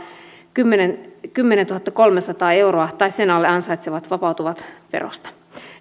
kymmenentuhattakolmesataa euroa tai sen alle ansaitsevat vapautuvat verosta